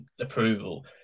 approval